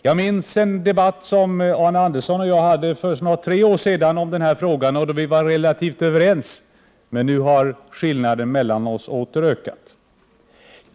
Jag minns en debatt som Arne Andersson i Gamleby och jag hade för snart tre år sedan om denna fråga, då vi var relativt överens. Nu har dock skillnaden mellan oss ökat.